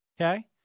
Okay